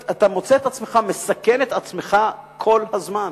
אתה מוצא את עצמך מסכן את עצמך כל הזמן.